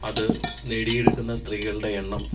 അതു നേടിയെടുക്കുന്ന സ്ത്രീകളുടെ എണ്ണം